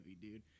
dude